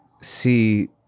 see